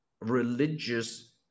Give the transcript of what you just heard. religious